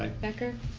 becker?